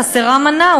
חסרה מנה,